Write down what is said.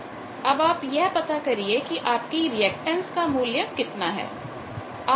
अब आप यह पता करिए कि आपकी रिएक्टेंस का मूल्य कितना है